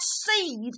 seed